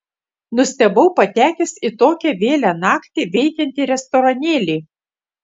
nustebau patekęs į tokią vėlią naktį veikiantį restoranėlį